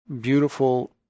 beautiful